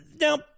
Now